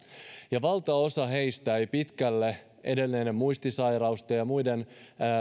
valtaosa heistä ei pitkälle edenneiden muistisairauksien ja muiden